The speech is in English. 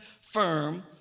firm